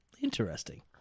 Interesting